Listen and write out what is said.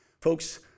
Folks